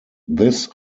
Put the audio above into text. this